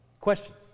Questions